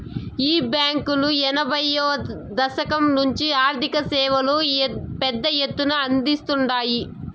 ఈ బాంకీలు ఎనభైయ్యో దశకం నుంచే ఆర్థిక సేవలు పెద్ద ఎత్తున అందిస్తాండాయి